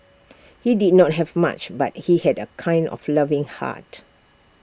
he did not have much but he had A kind of loving heart